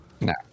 No